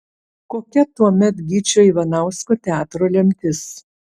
kokia tuomet gyčio ivanausko teatro lemtis